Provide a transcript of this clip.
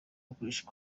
gukoresha